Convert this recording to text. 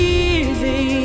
easy